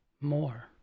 more